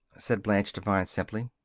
said blanche devine simply.